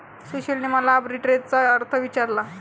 सुशीलने मला आर्बिट्रेजचा अर्थ विचारला